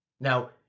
Now